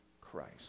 Christ